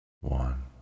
one